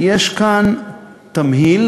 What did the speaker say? יש כאן תמהיל,